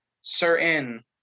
certain